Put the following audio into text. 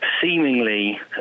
seemingly